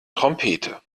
trompete